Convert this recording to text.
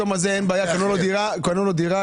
ליתום הזה אין בעיה, קנו לו דירה.